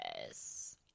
Yes